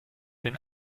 den